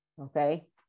okay